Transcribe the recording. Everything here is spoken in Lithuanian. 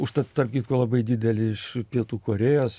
užtat tarp kitko labai didelį iš pietų korėjos